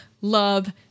love